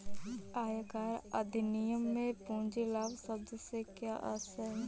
आयकर अधिनियम में पूंजी लाभ शब्द से क्या आशय है?